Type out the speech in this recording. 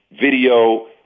video